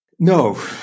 No